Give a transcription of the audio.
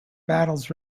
battles